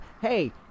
hey